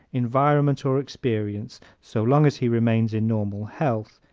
environment or experience, so long as he remains in normal health,